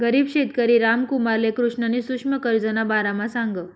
गरीब शेतकरी रामकुमारले कृष्णनी सुक्ष्म कर्जना बारामा सांगं